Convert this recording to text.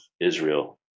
Israel